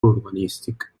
urbanístic